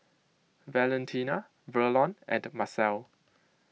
Valentina Verlon and Marcel